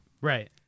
Right